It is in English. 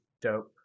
Dope